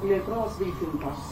plėtros vilkintas